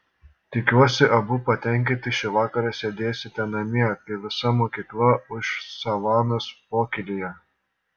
tikiuosi abu patenkinti šį vakarą sėdėsite namie kai visa mokykla ūš savanos pokylyje